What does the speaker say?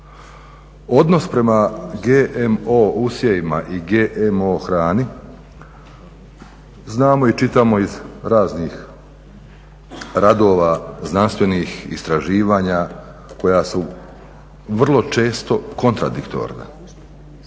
Odnos prema GMO usjevima i GMO hrani znamo i čitamo iz raznih radova, znanstvenih istraživanja koja su vrlo često kontradiktorna.